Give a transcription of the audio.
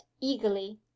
eagerly